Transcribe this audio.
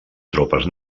tropes